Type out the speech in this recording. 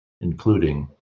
including